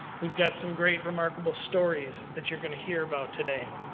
we've got some great, remarkable stories that you're going to hear about today.